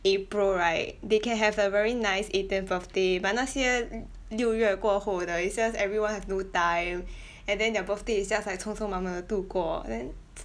April right they can have a very nice eighteenth birthday but 那些六月过后的 is just everyone have no time and then their birthday is just like 匆匆忙忙的度过 and then